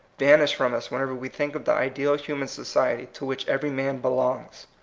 vanish from us when ever we think of the ideal human society to which every man belongs.